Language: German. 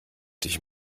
dich